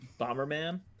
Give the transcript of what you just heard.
Bomberman